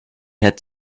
had